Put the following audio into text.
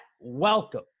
welcome